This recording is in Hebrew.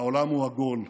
העולם הוא עגול.